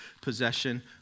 possession